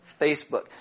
Facebook